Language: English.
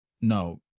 no